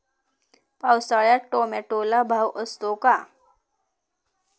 पावसाळ्यात टोमॅटोला भाव असतो का?